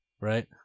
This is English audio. right